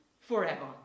forever